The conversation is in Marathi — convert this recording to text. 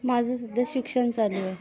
माझं सध्या शिक्षण चालू आहे